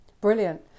Brilliant